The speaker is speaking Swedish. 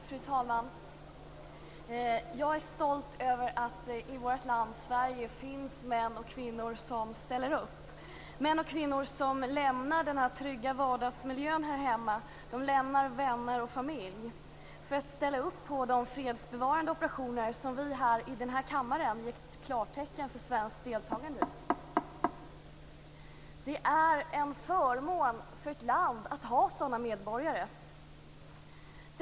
Fru talman! Jag är stolt över att det i vårt land Sverige finns män och kvinnor som ställer upp. Det är män och kvinnor som lämnar den trygga vardagsmiljön här hemma, som lämnar vänner och familj för ställa upp på de fredsbevarande operationer som vi i den här kammaren har gett klartecken för svenskt deltagande i. Det är en förmån för ett land att ha sådana medborgare.